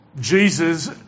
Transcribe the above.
Jesus